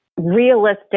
realistic